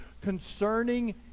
concerning